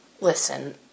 Listen